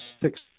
six